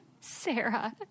Sarah